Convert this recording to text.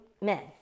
men